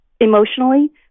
emotionally